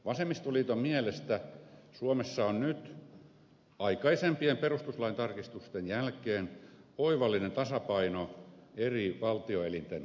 vasemmistoliiton mielestä suomessa on nyt aikaisempien perustuslain tarkistusten jälkeen oivallinen tasapaino eri valtioelinten välillä